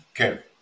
Okay